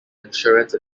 insurance